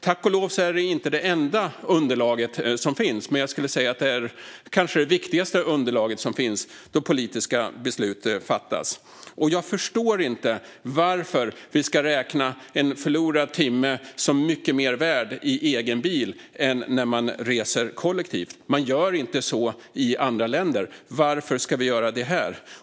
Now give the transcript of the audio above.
Tack och lov är de inte det enda underlag som finns, men jag skulle säga att det kanske är det viktigaste underlag som finns då politiska beslut fattas. Jag förstår inte varför vi ska räkna en förlorad timme som mycket mer värd i egen bil än när man reser kollektivt. Man gör inte så i andra länder. Varför ska vi göra det här?